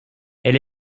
elle